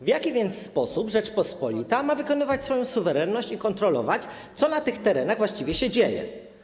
W jaki więc sposób Rzeczpospolita ma wykonywać swoją suwerenność i kontrolować to, co na tych terenach właściwie się dzieje?